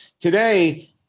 Today